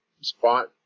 spot